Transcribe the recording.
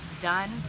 done